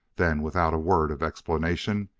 then, without a word of explanation,